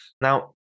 Now